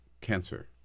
cancer